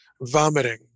vomiting